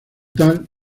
tal